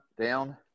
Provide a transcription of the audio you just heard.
down